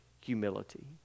humility